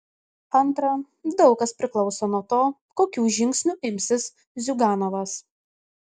antra daug kas priklauso nuo to kokių žingsnių imsis ziuganovas